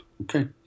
Okay